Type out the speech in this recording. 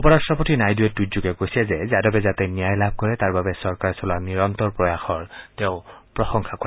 উপ ৰাষ্টপতি নাইডুৱে টুইটযোগে কৈছে যে যাদৱে যাতে ন্যায় লাভ কৰে তাৰ বাবে চৰকাৰে চলোৱা নিৰন্তৰ প্ৰয়াসৰ তেওঁ প্ৰশংসা কৰে